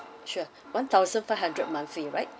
sure one thousand five hundred monthly right